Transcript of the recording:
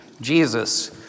Jesus